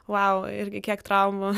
vau irgi kiek traumų